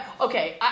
Okay